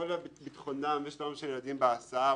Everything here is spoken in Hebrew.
לביטחונם ושלומם של ילדים בהסעה,